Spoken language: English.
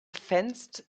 fenced